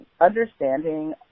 Understanding